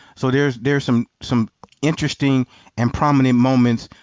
so there's there's some some interesting and prominent moments